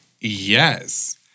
Yes